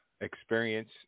experience